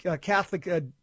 Catholic